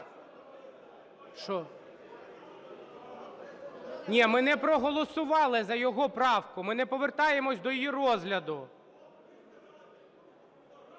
Ні, ми не проголосували за його правку. Ми не повертаємось до її розгляду.